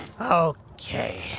Okay